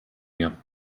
mir